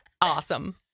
Awesome